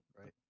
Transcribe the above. Right